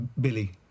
Billy